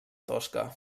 tosca